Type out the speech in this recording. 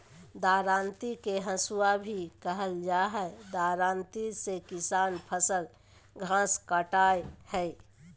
दरांती के हसुआ भी कहल जा हई, दरांती से किसान फसल, घास काटय हई